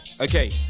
Okay